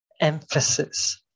emphasis